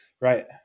Right